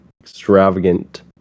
extravagant